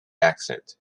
accent